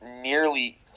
nearly